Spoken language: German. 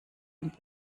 und